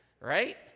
right